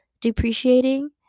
depreciating